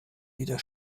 wieder